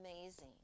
amazing